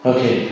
Okay